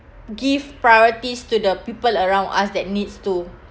give priorities to the people around us that needs to